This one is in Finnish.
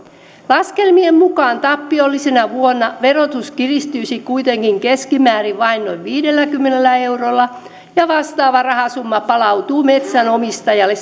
laskelmien mukaan tappiollisena vuonna verotus kiristyisi kuitenkin keskimäärin vain noin viidelläkymmenellä eurolla ja vastaava rahasumma palautuu metsänomistajalle